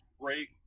Great